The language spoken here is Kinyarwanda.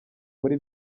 muri